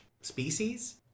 species